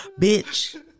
bitch